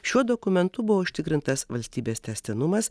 šiuo dokumentu buvo užtikrintas valstybės tęstinumas